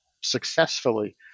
successfully